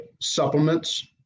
Supplements